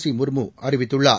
சிமுர்முஅறிவித்துள்ளார்